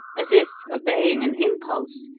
as if obeying an impulse,